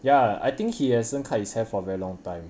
ya I think he hasn't cut his hair for very long time